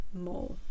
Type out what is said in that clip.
more